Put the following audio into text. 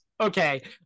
Okay